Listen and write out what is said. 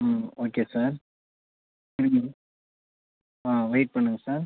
ம் okay sir ம் ஆ வெயிட் பண்ணுங்கள் சார்